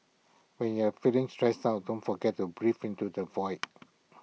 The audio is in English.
when you are feeling stressed out don't forget to breathe into the void